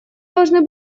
должны